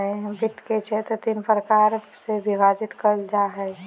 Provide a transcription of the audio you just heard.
वित्त के क्षेत्र तीन प्रकार से विभाजित कइल जा हइ